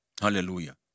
Hallelujah